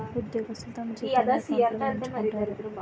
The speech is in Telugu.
ఉద్యోగస్తులు తమ జీతాన్ని ఎకౌంట్లో వేయించుకుంటారు